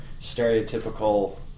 stereotypical